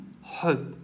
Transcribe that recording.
hope